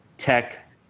tech